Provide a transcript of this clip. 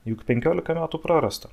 juk penkiolika metų prarasta